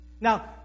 Now